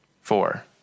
Four